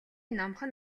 номхон